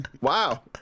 wow